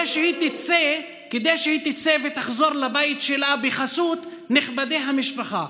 שהיא תצא ותחזור לבית שלה בחסות נכבדי המשפחה.